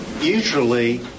Usually